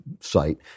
site